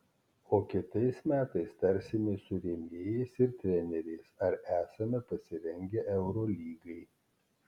o kitais metais tarsimės su rėmėjais ir treneriais ar esame pasirengę eurolygai